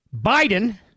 Biden